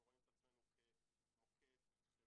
אנחנו רואים את עצמנו כמוקד חירום,